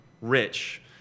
rich